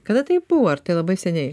kada tai buvo ar tai labai seniai